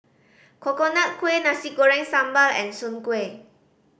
Coconut Kuih Nasi Goreng Sambal and soon kway